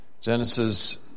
Genesis